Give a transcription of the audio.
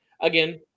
again